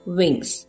wings